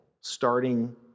starting